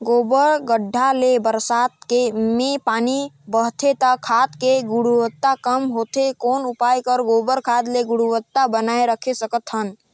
गोबर गढ्ढा ले बरसात मे पानी बहथे त खाद के गुणवत्ता कम होथे कौन उपाय कर गोबर खाद के गुणवत्ता बनाय राखे सकत हन?